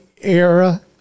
era